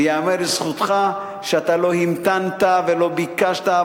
וייאמר לזכותך שאתה לא המתנת, ולא ביקשת.